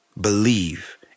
believe